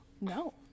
No